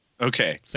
okay